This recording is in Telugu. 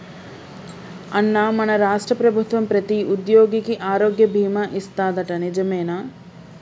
అన్నా మన రాష్ట్ర ప్రభుత్వం ప్రతి ఉద్యోగికి ఆరోగ్య బీమా ఇస్తాదట నిజమేనా